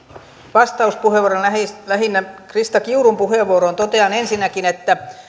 vastauspuheenvuorona lähinnä krista kiurun puheenvuoroon totean ensinnäkin että